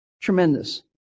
Tremendous